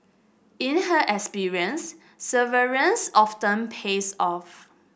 in her experience severance often pays off